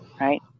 right